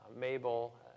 Mabel